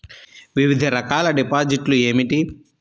వివిధ రకాల డిపాజిట్లు ఏమిటీ?